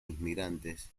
inmigrantes